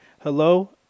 hello